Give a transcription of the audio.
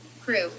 crew